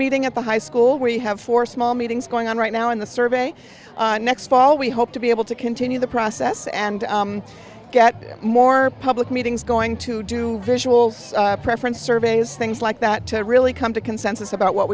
meeting at the high school we have four small meetings going on right now in the survey next fall we hope to be able to continue the process and get more public meetings going to do visuals preference surveys things like that to really come to consensus about what